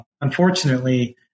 Unfortunately